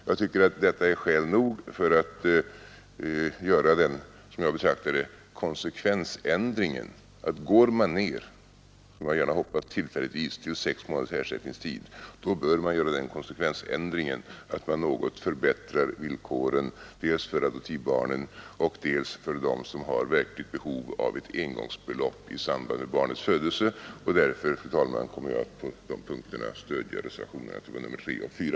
Jag tycker att detta är skäl nog för att göra en som jag betraktar det konsekvensändring. Går man ner — som jag hoppas tillfälligtvis — till sex månaders ersättningstid, så bör man något förbättra villkoren dels för adoptivbarnen, dels för dem som har verkligt behov av ett engångsbelopp i samband med barnets födelse. Därför, fru talman, kommer jag på dessa punkter att stödja reservationerna 3 och 4.